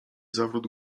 zawrót